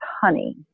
honey